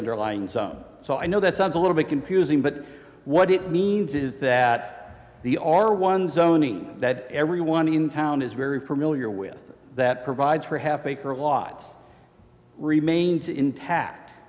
underlying zone so i know that sounds a little bit confusing but what it means is that the are one zoning that everyone in town is very familiar with that provides for half acre lot remains intact